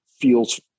feels